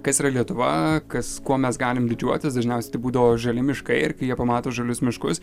kas yra lietuva kas kuo mes galim didžiuotis dažniausiai tai būdavo žali miškai ir kai jie pamato žalius miškus